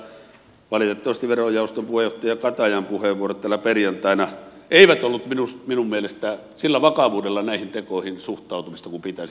itse asiassa valitettavasti verojaoston puheenjohtaja katajan puheenvuorot täällä perjantaina eivät olleet minun mielestäni sillä vakavuudella näihin tekoihin suhtautumista kuin pitäisi